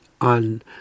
on